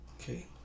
Okay